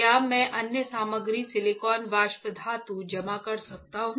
क्या मैं अन्य सामग्री सिलिकॉन वाष्प धातु जमा कर सकता हूं